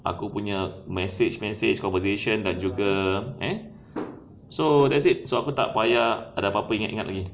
aku punya message message conversation dan juga eh so that's it so aku tak payah apa-apa ingat ingat lagi